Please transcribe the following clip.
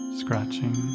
scratching